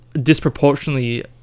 disproportionately